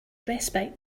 respite